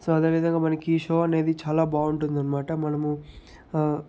so అదే విధంగా మనకీ ఈ షో అనేది చాలా బాగుంటుందన్నమాట మనము